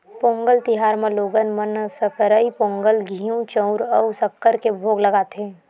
पोंगल तिहार म लोगन मन सकरई पोंगल, घींव, चउर अउ सक्कर के भोग लगाथे